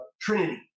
Trinity